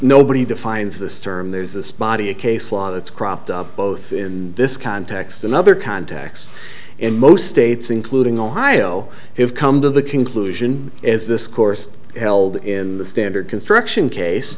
nobody defines this term there's this body a case law that's cropped up both in this context and other contacts in most states including ohio have come to the conclusion is this course held in the standard construction case